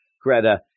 Greta